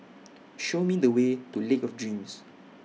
Show Me The Way to Lake of Dreams